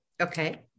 okay